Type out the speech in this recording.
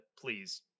please